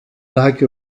like